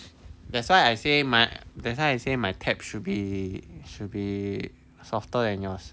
that's why I say my that's why I say my pad should be should be softer than yours